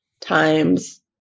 times